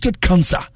cancer